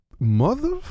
Mother